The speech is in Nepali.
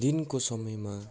दिनको समयमा